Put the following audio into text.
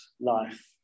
life